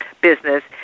business